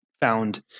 found